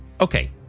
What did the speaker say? okay